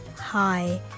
Hi